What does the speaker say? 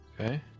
Okay